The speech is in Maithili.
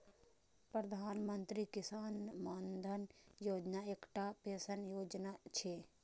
प्रधानमंत्री किसान मानधन योजना एकटा पेंशन योजना छियै